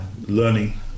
learning